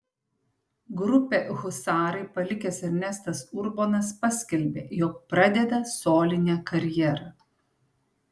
grupę husarai palikęs ernestas urbonas paskelbė jog pradeda solinę karjerą